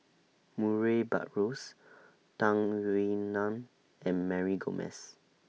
Murray Buttrose Tung Yue Nang and Mary Gomes